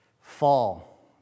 fall